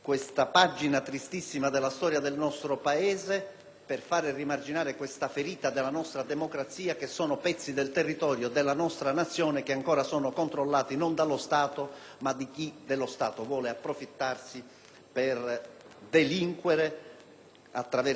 per fare rimarginare questa ferita della nostra democrazia, costituita da pezzi del territorio della nostra Nazione ancora non controllati dallo Stato, ma da chi vuole approfittarsi per delinquere attraverso traffici internazionali.